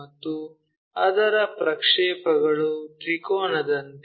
ಮತ್ತು ಅದರ ಪ್ರಕ್ಷೇಪಗಳು ತ್ರಿಕೋನದಂತೆ